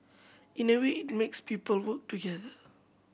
in a way it makes people work together